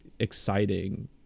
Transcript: Exciting